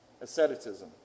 Asceticism